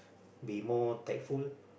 be more tactful